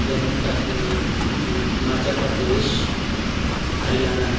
Jammu Himachal Pradesh Haryana